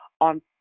on